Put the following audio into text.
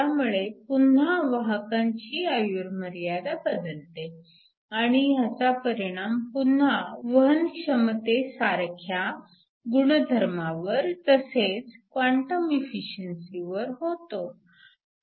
ह्यामुळे पुन्हा वाहकांची आयुर्मर्यादा बदलते आणि ह्याचा परिणाम पुन्हा वहनक्षमते सारख्या गुणधर्मावर तसेच क्वांटम एफिशिअन्सीवर होतो